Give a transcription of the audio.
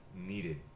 needed